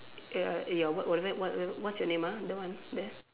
ya eh your what whatever what what's your name ah the one there